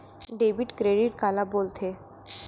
Debit credit काला बोल थे?